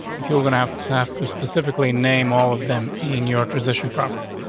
if you're gonna have to have to specifically name all of them in your position property.